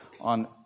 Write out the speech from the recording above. on